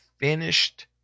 finished